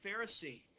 Pharisee